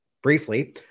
Briefly